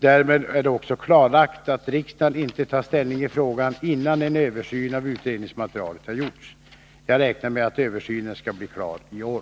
Därmed är det också klarlagt att riksdagen inte tar ställning i frågan innan en översyn av utredningsmaterialet har gjorts. Jag räknar med att översynen skall bli klar i år.